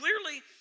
clearly